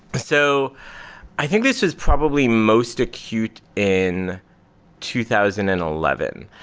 so i think this is probably most acute in two thousand and eleven.